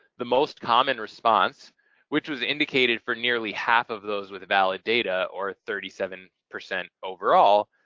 the most common response which was indicated for nearly half of those with a valid data or thirty seven percent overall,